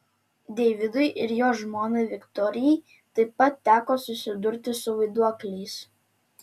deividui ir jo žmonai viktorijai taip pat teko susidurti su vaiduokliais